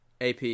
AP